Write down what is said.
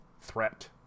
threat